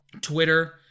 Twitter